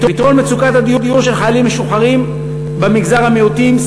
פתרון מצוקת הדיור של חיילים משוחררים במגזר המיעוטים,